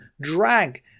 drag